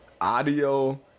audio